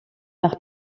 nach